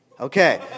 Okay